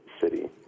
city